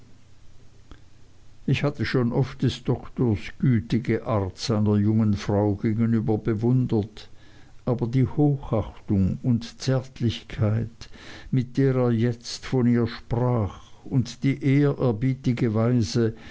ich hatte schon oft des doktors gütige art seiner jungen frau gegenüber bewundert aber die hochachtung und zärtlichkeit mit der er jetzt von ihr sprach und die ehrerbietige weise